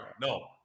No